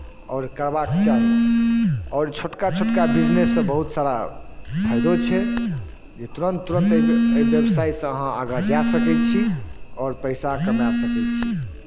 आओर करबाक चाही आओर छोटका छोटका बिजनेससँ बहुत सारा फायदो छै जे तुरन्त तुरन्त एहि व् एहि व्यवसायसँ आगाँ अहाँ जा सकैत छी आओर पैसा कमाए सकै छी